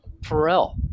Pharrell